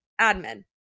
Admin